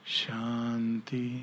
Shanti